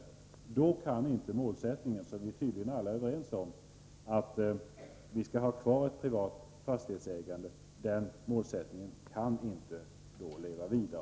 Den skulle innebära att vi inte kan förverkliga den målsättning som vi tydligen alla är överens om, nämligen att vi skall ha kvar ett privat fastighetsägande.